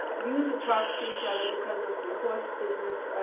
used to talk to each other because of the horse business.